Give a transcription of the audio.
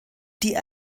die